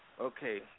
Okay